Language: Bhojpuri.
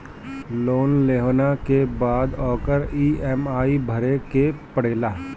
लोन लेहला के बाद ओकर इ.एम.आई भरे के पड़ेला